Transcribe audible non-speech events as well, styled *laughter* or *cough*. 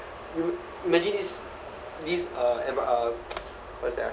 you imagine this this uh atmo~ uh *noise* what's that ah